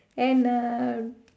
and a